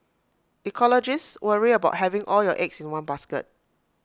ecologists worry about having all your eggs in one basket